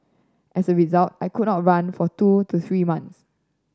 as a result I could not run for two to three months